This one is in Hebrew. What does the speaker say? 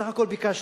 בסך הכול ביקשתי,